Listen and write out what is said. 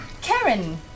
Karen